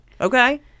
Okay